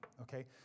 okay